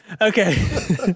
okay